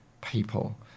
people